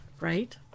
right